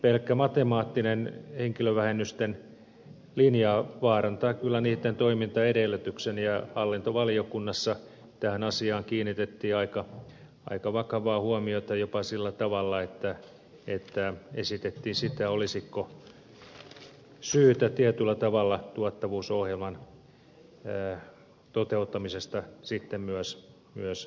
pelkkä matemaattinen henkilövähennysten linja vaarantaa kyllä niitten toimintaedellytyksen ja hallintovaliokunnassa tähän asiaan kiinnitettiin aika vakavaa huomiota jopa sillä tavalla että esitettiin sitä olisiko syytä tietyllä tavalla tuottavuusohjelman toteuttamisesta sitten myös luopua